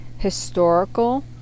historical